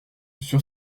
sur